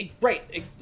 Right